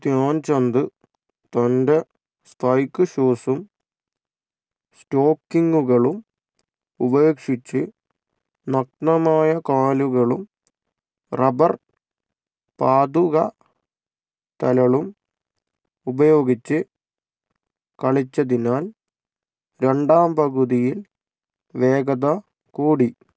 ധ്യാൻ ചന്ദ് തൻ്റെ സ്പൈക്ക് ഷൂസും സ്റ്റോക്കിംഗുകളും ഉപേക്ഷിച്ച് നഗ്നമായ കാലുകളും റബ്ബർ പാദുക തലളും ഉപയോഗിച്ച് കളിച്ചതിനാൽ രണ്ടാം പകുതിയിൽ വേഗത കൂടി